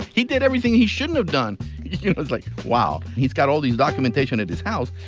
he did everything he shouldn't have done. you know, it's like, wow. he's got all this documentation at his house,